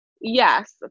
Yes